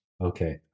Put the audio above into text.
okay